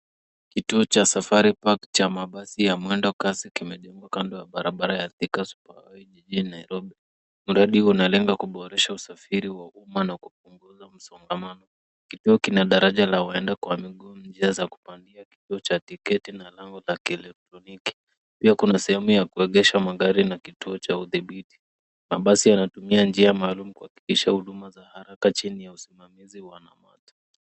Kituo cha mabasi cha Safari Park kimeundwa kuboresha usafiri, kina daraja la miguu, tiketi, lango, sehemu ya kupaki magari, na huduma nyingine, huku barabara zikipangwa kupunguza msongamano.